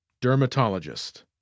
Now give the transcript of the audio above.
Dermatologist